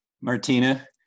Martina